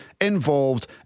involved